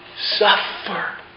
suffer